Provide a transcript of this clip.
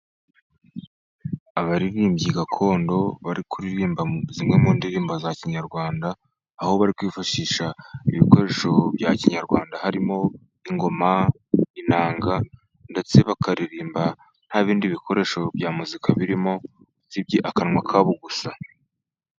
Abaririmbyi gakondo bari kuririmba zimwe mu ndirimbo za kinyarwanda ,aho bari kwifashisha ibikoresho bya kinyarwanda harimo: ingoma, inanga ndetse bakaririmba nta bindi bikoresho bya muzika birimo, usibye akanwa kabo gusa.